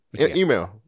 Email